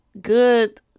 good